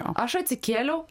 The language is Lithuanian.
aš atsikėliau